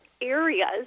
areas